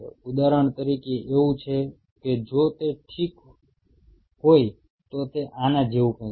ઉદાહરણ તરીકે એવું છે કે જો તે ઠીક હોય તો તે આના જેવું કંઈક છે